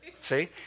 See